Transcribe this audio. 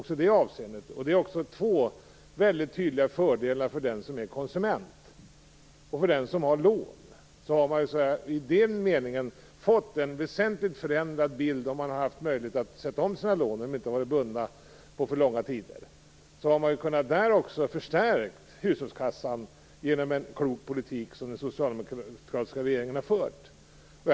Här har vi alltså två väldigt tydliga fördelar för konsumenten och för den som har lån. I den meningen är alltså bilden nu väsentligt förändrad. Om man haft möjlighet att sätta om sina lån och dessa inte varit bundna på för långa tider har man kunnat förstärka hushållskassan; detta alltså genom att den socialdemokratiska regeringen har fört en klok politik.